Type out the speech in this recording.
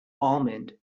almond